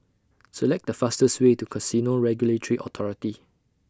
Select The fastest Way to Casino Regulatory Authority